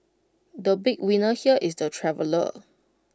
the big winner here is the traveller